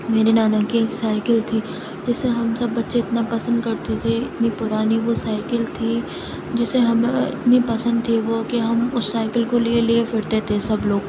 میرے نانا کی ایک سائیکل تھی جسے ہم سب بچے اتنا پسند کرتے تھے اتنی پرانی وہ سائیکل تھی جسے ہم اتنی پسند تھی وہ کہ ہم اس سائیکل کو لیے لیے پھرتے تھے سب لوگ